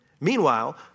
Meanwhile